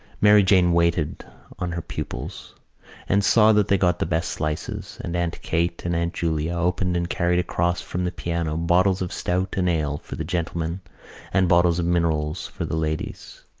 mary jane waited on her pupils and saw that they got the best slices and aunt kate and aunt julia opened and carried across from the piano bottles of stout and ale for the gentlemen and bottles of minerals for the ladies.